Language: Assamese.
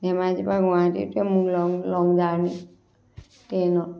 ধেমাজিৰ পৰা গুৱাহাটীতকৈ মোৰ লং লং জাৰ্ণি ট্ৰেইনত